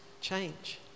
change